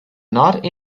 not